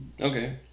Okay